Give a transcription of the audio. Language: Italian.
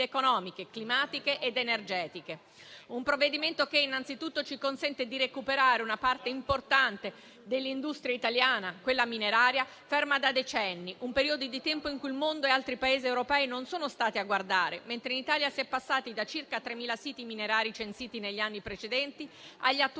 economiche, climatiche ed energetiche. Un provvedimento che innanzitutto ci consente di recuperare una parte importante dell'industria italiana, quella mineraria, ferma da decenni, in un periodo di tempo in cui il mondo e altri Paesi europei non sono stati a guardare mentre in Italia si è passati da circa 3.000 siti minerari, censiti negli anni precedenti, agli attuali